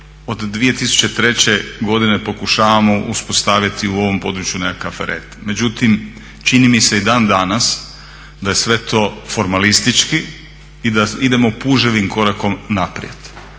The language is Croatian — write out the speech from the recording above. od 2003. godine pokušavamo uspostaviti u ovom području nekakav red. Međutim, čini mi se i dan danas da je sve to formalistički i da idemo puževim korakom naprijed.